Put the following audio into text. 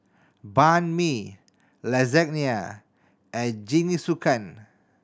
Banh Mi Lasagne and Jingisukan